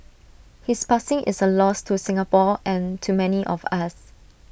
his passing is A loss to Singapore and to many of us